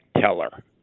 teller